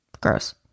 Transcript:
Gross